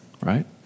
right